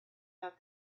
that